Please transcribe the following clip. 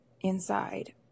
inside